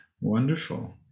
wonderful